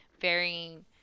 varying